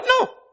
No